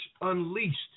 unleashed